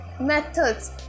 methods